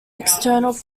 external